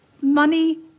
money